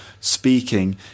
speaking